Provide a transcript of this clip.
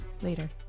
later